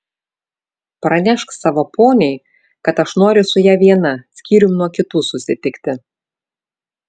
pranešk savo poniai kad aš noriu su ja viena skyrium nuo kitų susitikti